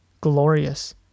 glorious